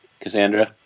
Cassandra